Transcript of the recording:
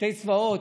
שני צבאות,